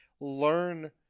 learn